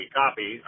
copy